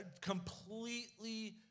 completely